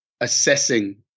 assessing